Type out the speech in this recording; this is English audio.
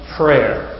prayer